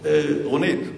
רונית,